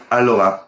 allora